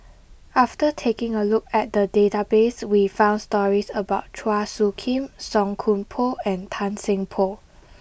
after taking a look at the database we found stories about Chua Soo Khim Song Koon Poh and Tan Seng Poh